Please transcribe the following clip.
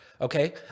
okay